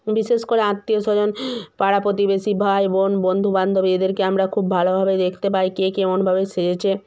বিশেষ করে আত্মীয় স্বজন পাড়া প্রতিবেশী ভাই বোন বন্ধু বান্ধব এদেরকে আমরা খুব ভালোভাবে দেখতে পাই কে কেমনভাবে সেজেছে